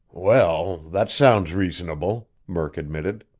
well, that sounds reasonable, murk admitted.